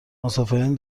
مسافرین